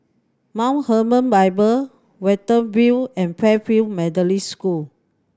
Mount Hermon Bible Watten View and Fairfield Methodist School